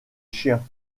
chien